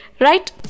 Right